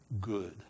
good